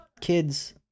kids